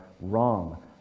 wrong